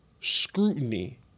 scrutiny—